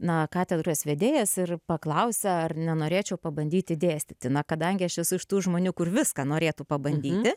na katedros vedėjas ir paklausia ar nenorėčiau pabandyti dėstyti na kadangi aš esu iš tų žmonių kur viską norėtų pabandyti